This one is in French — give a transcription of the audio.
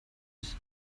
vie